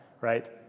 right